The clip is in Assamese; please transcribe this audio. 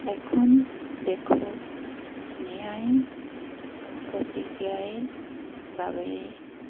এখন দেশৰ ন্যায় প্ৰতিক্ৰিয়াই বাবেই